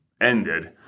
ended